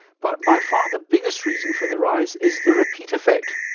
but by far the biggest reason for the rise is the repeat effect,